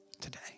today